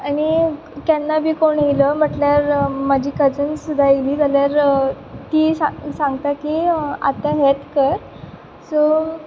आनी केन्ना बी कोण येयलो म्हटल्यार म्हाजीं कजन्स सुद्दां येयलीं जाल्यार तीं सा सांगता की आतां हेंत कर सो